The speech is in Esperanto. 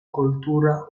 kultura